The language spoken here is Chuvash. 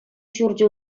ҫурчӗ